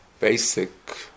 basic